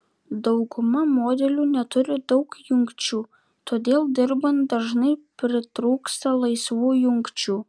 dauguma modelių neturi daug jungčių todėl dirbant dažnai pritrūksta laisvų jungčių